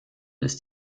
ist